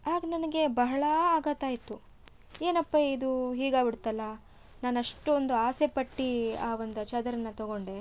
ಆಗ ನನಗೆ ಬಹಳ ಆಘಾತ ಆಯಿತು ಏನಪ್ಪ ಇದು ಹೀಗಾಗಿ ಬಿಡ್ತಲ್ಲ ನಾನು ಅಷ್ಟೊಂದು ಆಸೆಪಟ್ಟು ಆ ಒಂದು ಚಾದರನ್ನ ತೊಗೊಂಡೆ